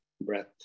breath